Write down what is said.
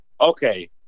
Okay